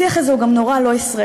השיח הזה הוא גם נורא לא ישראלי.